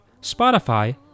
Spotify